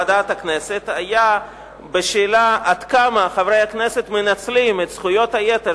היה בשאלה עד כמה חברי הכנסת מנצלים את זכויות היתר